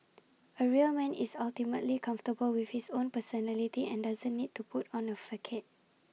A real man is ultimately comfortable with his own personality and doesn't need to put on A facade